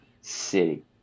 city